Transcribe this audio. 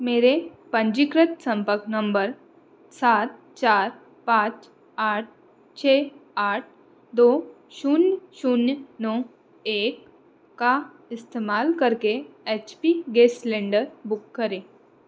मेरे पंजीकृत सम्पर्क नम्बर सात चार पाँच आठ छः आठ दो शून्य शून्य नौ एक का इस्तेमाल करके H P gas cylinder book करें